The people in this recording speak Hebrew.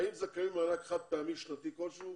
האם זכאים למענק חד פעמי שנתי כלשהו